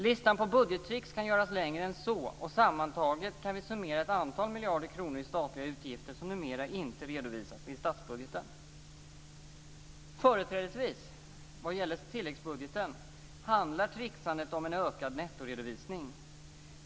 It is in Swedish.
Listan på budgettricks kan göras längre än så här, och sammantaget kan vi summera ett antal miljarder kronor i statliga utgifter som numera inte redovisas i statsbudgeten. När det gäller tilläggsbudgeten handlar tricksandet företrädesvis om en ökad nettoredovisning.